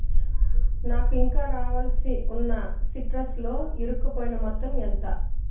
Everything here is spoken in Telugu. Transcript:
నాకు ఇంకా రావాల్సి ఉన్న సిట్రస్లో ఇరుక్కుపోయిన మొత్తం ఎంత